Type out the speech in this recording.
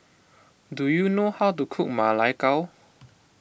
do you know how to cook Ma Lai Gao